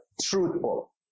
truthful